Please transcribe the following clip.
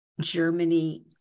Germany